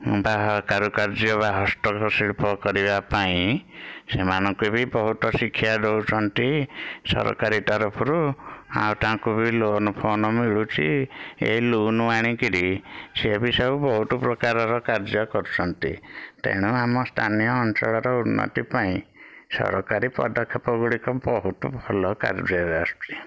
ବାହାର କାରୁକାର୍ଯ୍ୟ ବା ହସ୍ତଶିଳ୍ପ କରିବା ପାଇଁ ସେମାନଙ୍କୁ ବି ବହୁତ ଶିକ୍ଷା ଦଉଛନ୍ତି ସରକାରୀ ତରଫରୁ ଆଉ ତାଙ୍କୁ ବି ଲୋନ୍ଫୋନ୍ ମିଳୁଛି ଏଇ ଲୋନ୍ ଆଣିକରି ସେ ବି ସବୁ ବହୁତ ପ୍ରକାରର କାର୍ଯ୍ୟ କରୁଛନ୍ତି ତେଣୁ ଆମ ସ୍ଥାନୀୟ ଅଞ୍ଚଳର ଉନ୍ନତି ପାଇଁ ସରକାରୀ ପଦକ୍ଷେପ ଗୁଡ଼ିକ ବହୁତ ଭଲ କାର୍ଯ୍ୟରେ ଆସୁଛି